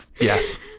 Yes